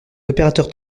opérateurs